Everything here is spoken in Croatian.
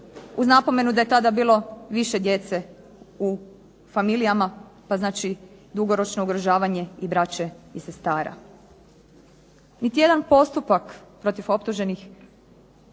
uz napomenu da je tada bilo više djece u familijama, pa znači dugoročno ugrožavanje i braće i sestara. Niti jedan postupak protiv optuženih